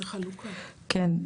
כן.